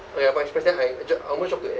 then I dr~ I almost drop to N